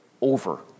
over